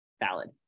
valid